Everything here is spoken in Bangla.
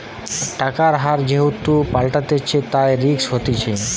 টাকার হার যেহেতু পাল্টাতিছে, তাই রিস্ক হতিছে